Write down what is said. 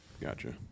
gotcha